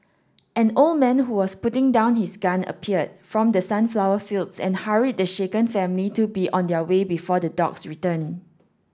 an old man who was putting down his gun appeared from the sunflower fields and hurried the shaken family to be on their way before the dogs return